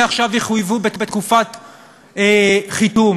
מעכשיו יחויבו בתקופת חיתום,